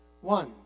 One